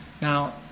Now